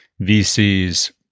VCs